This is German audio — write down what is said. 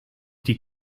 die